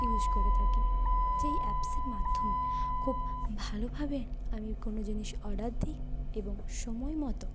use করে থাকি যেই অ্যাপসের মাধ্যমে খুব ভালোভাবে আমি কোনও জিনিস অর্ডার দিই এবং সময়মতো